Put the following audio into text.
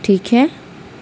ٹھیک ہے